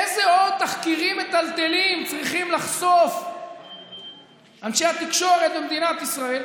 איזה עוד תחקירים מטלטלים צריכים לחשוף אנשי התקשורת במדינת ישראל,